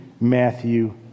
Matthew